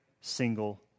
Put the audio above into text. single